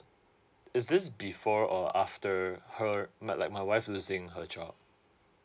is this before or after her my like my wife losing her job